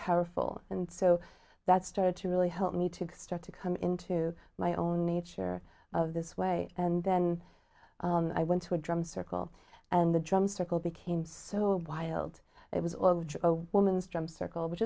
powerful and so that started to really help me to start to come into my own nature of this way and then i went to a drum circle and the drum circle became so wild it was all of a woman's drum circle which